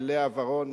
לאה ורון,